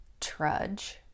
trudge